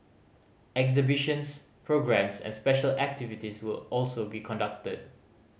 exhibitions programmes and special activities will also be conducted